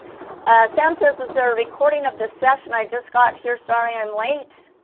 ah sam says is there recording of this session i just got here sorry i'm late